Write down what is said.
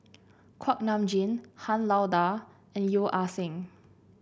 Kuak Nam Jin Han Lao Da and Yeo Ah Seng